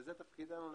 את זה תפקידנו לברר.